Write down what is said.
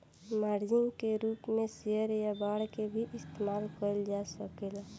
margin के रूप में शेयर या बांड के भी इस्तमाल कईल जा सकेला